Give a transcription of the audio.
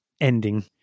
ending